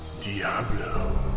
Diablo